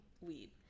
Weed